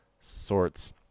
sorts